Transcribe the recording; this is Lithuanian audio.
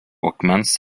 akmens